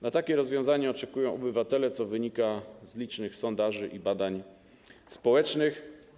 Na takie rozwiązania oczekują obywatele, co wynika z licznych sondaży i badań społecznych.